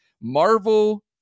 Marvel